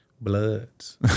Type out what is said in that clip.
Bloods